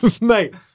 Mate